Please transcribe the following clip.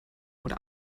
oder